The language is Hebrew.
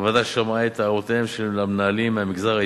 הוועדה שמעה את הערותיהם של המנהלים מהמגזר העסקי,